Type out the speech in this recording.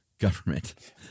government